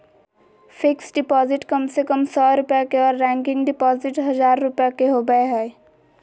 fixed deposit कम से कम सौ रुपया के आर रेकरिंग डिपॉजिट हजार रुपया के होबय हय